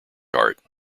art